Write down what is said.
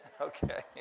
Okay